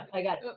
i got